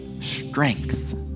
strength